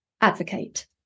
advocate